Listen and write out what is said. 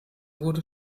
wurde